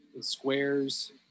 Squares